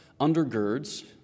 undergirds